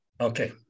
Okay